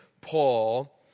Paul